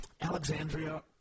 Alexandria